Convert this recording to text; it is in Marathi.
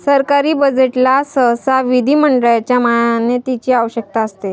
सरकारी बजेटला सहसा विधिमंडळाच्या मान्यतेची आवश्यकता असते